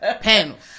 Panels